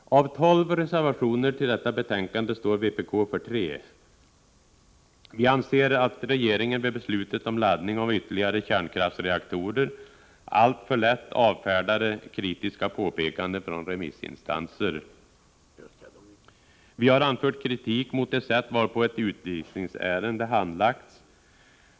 Av tolv reservationer till detta betänkande står vpk för tre. Vi anser att regeringen vid beslutet om laddning av ytterligare kärnkraftsreaktorer alltför lätt avfärdade kritiska påpekanden från remissinstanser. Vi har anfört kritik mot det sätt varpå ett utvisningsärende handlagts.